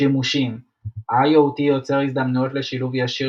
שימושים ה-IoT יוצר הזדמנויות לשילוב ישיר